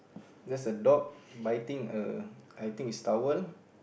thats a dog biting a I think it's a towel